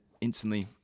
instantly